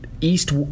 east